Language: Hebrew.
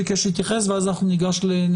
אנחנו נקבע את התכלית,